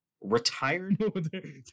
retired